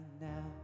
now